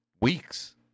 weeks